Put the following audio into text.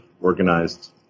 organized